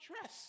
dress